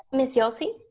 miss yelsey.